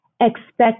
expect